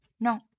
No